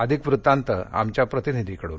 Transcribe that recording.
अधिक वृत्तांत आमच्या प्रतिनिधीकडून